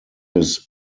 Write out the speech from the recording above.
his